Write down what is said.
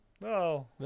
No